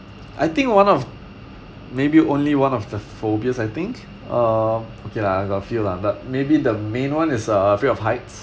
I think one of maybe only one of the phobias I think uh okay lah I got a few lah but maybe the main one is uh fear of heights